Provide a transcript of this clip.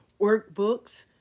workbooks